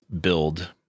build